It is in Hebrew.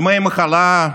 דמי מחלה,